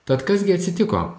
tad kas gi atsitiko